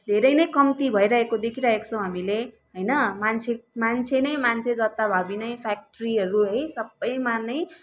धेरै नै कम्ती भइरहेको देखिरहेको छौँ हामीले होइन मान्छे मान्छे नै मान्छे जताभावी नै फ्याक्ट्रीहरू है सबैमा नै